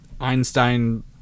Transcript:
Einstein